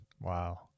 Wow